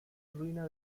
ruina